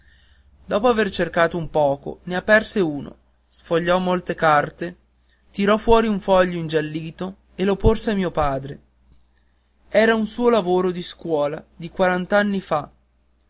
dopo aver cercato un poco ne aperse uno sfogliò molte carte tirò fuori un foglio ingiallito e lo porse a mio padre era un suo lavoro di scuola di quarant'anni fa